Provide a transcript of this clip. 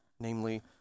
namely